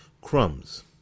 Crumbs